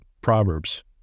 proverbs